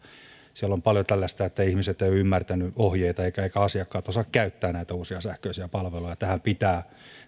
on paljon tällaista että ihmiset eivät ole ymmärtäneet ohjeita eivätkä eivätkä asiakkaat ehkä osaa käyttää näitä uusia sähköisiä palveluja tähän pitää